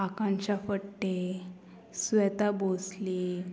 Akanksha Phatte Sweta Bosle